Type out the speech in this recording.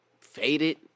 faded